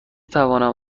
توانم